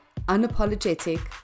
unapologetic